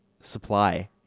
supply